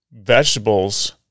vegetables